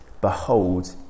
behold